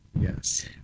Yes